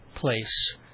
place